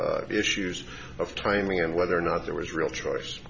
issues of timing and whether or not there was real choice